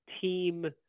team